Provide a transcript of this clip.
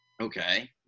okay